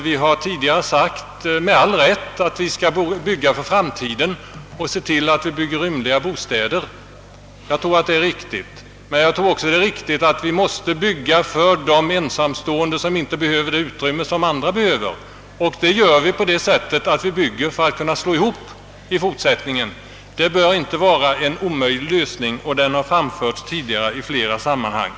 Vi har tidigare sagt — med all rätt — att vi skall bygga för framtiden och se till att vi bygger rymliga bostäder. Jag tror att det är riktigt, men jag tror också att det är riktigt att bygga för de ensamstående, som inte behöver samma utrymme som andra. Och det gör vi på det sättet att vi bygger för att kunna slå ihop i fortsättningen. Den lösningen bör inte vara omöjlig och den har tidigare framförts i många sammanhang.